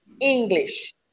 English